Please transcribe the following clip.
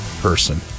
person